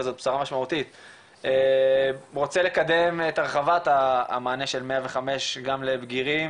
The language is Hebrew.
וזאת בשורה משמעותית רוצה לקדם את הרחבת המענה של 105 גם לבגירים,